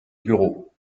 bureau